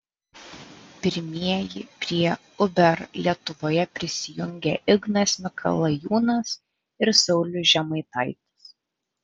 pirmieji prie uber lietuvoje prisijungė ignas mikalajūnas ir saulius žemaitaitis